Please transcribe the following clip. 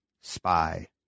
Spy